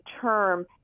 term